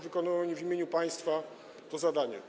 Wykonują oni w imieniu państwa to zadanie.